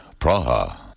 Praha